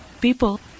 people